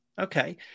okay